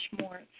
more